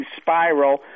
Spiral